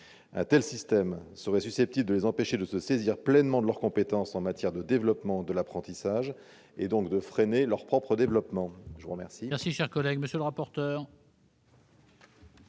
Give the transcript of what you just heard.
Un tel système serait susceptible de les empêcher de se saisir pleinement de leur compétence en matière de développement de l'apprentissage, et donc de freiner ce développement. Quel